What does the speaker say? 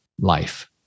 life